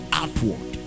outward